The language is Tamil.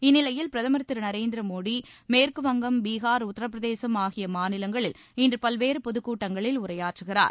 இந்நிலையில் பிரதமர் திரு நரேந்திர மோடி மேற்கு வங்கம் பீகார் உத்தரபிரதேசம் ஆகிய மாநிலங்களில் இன்று பல்வேறு பொதுக் கூட்டங்களில் உரையாற்றுகிறார்